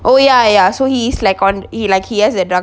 oh ya ya so he's like on it like he has a drug